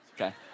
okay